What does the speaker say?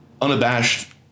unabashed